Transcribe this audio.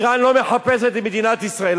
אירן לא מחפשת את מדינת ישראל,